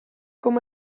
com